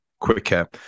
quicker